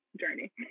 journey